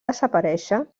desaparèixer